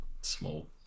small